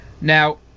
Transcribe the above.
Now